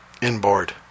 inboard